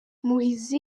muhizi